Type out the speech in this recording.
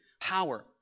power